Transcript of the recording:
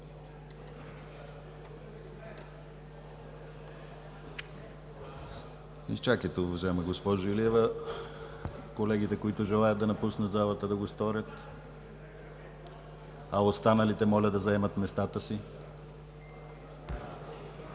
Изчакайте, уважаема госпожо Илиева. Колегите, които желаят да напуснат залата, да го сторят, а останалите моля да заемат местата си.